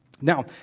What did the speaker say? Now